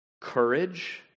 courage